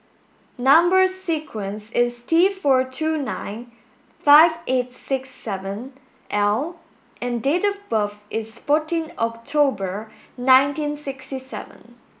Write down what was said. number sequence is T four two nine five eight six seven L and date of birth is fourteen October nineteen sixty seven